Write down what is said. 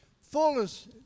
fullness